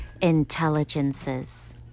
intelligences